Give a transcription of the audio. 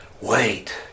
wait